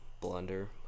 blunder